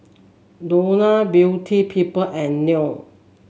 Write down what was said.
Danone Beauty People and Nan